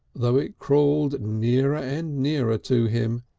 though it crawled nearer and nearer to him,